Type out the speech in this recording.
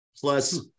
plus